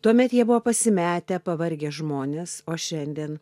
tuomet jie buvo pasimetę pavargę žmonės o šiandien